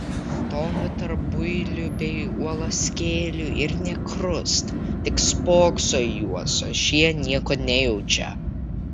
stovi tarp builių bei uolaskėlių ir nė krust tik spokso į juos o šie nieko nejaučia